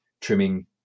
trimming